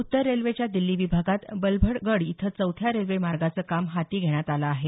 उत्तर रेल्वेच्या दिल्ली विभागात बल्लभगड इथं चौथ्या रेल्वे मार्गाचं काम हाती घेण्यात आलं आहे